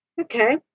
Okay